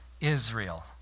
Israel